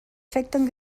afecten